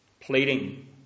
pleading